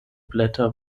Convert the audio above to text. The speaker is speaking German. blätter